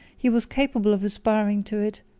he was capable of aspiring to it,